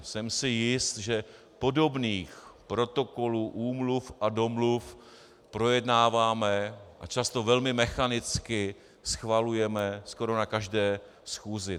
Jsem si jist, že podobné protokoly, úmluvy a domluvy projednáváme a často velmi mechanicky schvalujeme skoro na každé schůzi.